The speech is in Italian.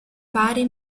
pari